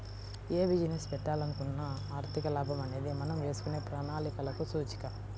యే బిజినెస్ పెట్టాలనుకున్నా ఆర్థిక లాభం అనేది మనం వేసుకునే ప్రణాళికలకు సూచిక